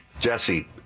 Jesse